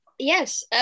Yes